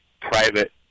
private